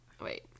Wait